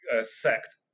sect